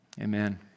amen